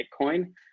Bitcoin